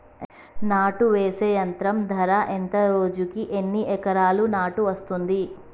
నాటు వేసే యంత్రం ధర ఎంత రోజుకి ఎన్ని ఎకరాలు నాటు వేస్తుంది?